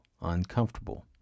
Uncomfortable